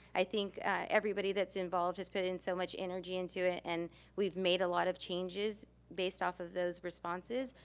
i think everybody that's involved has put in so much energy into it and we've made a lot of changes based off of those responses.